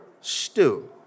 stew